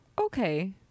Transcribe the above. okay